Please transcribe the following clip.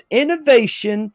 innovation